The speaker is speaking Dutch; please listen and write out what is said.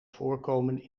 voorkomen